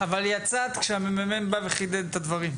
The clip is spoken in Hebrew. את יצאת כשה-ממ"מ חידד את הדברים.